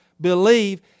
believe